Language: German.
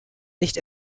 nicht